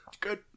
good